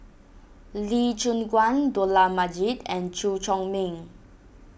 Lee Choon Guan Dollah Majid and Chew Chor Meng